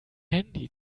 handy